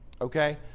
Okay